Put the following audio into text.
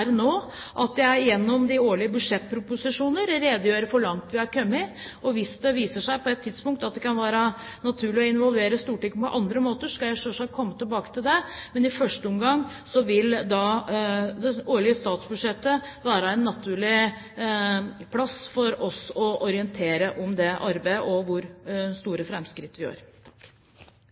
nå – gjennom de årlige budsjettproposisjoner å redegjøre for hvor langt vi har kommet. Hvis det på et tidspunkt viser seg at det kan være naturlig å involvere Stortinget på andre måter, skal jeg selvsagt komme tilbake til det, men i første omgang vil det årlige statsbudsjettet være en naturlig plass for oss å orientere om arbeidet og om hvor store framskritt vi gjør.